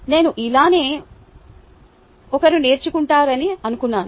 నేను ఇలానే ఒకరు నేర్చుకుంటారని అనుకున్నాను